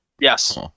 Yes